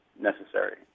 necessary